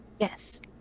Yes